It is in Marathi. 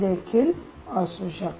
देखील असू शकते